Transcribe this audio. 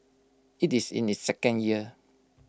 IT is in its second year